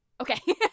Okay